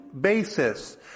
basis